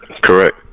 Correct